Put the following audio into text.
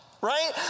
Right